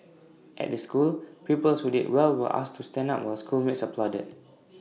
at the school pupils who did well were asked to stand up while schoolmates applauded